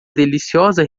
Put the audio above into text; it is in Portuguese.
deliciosa